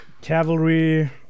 cavalry